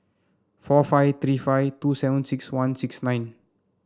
four five three five two seven six one six nine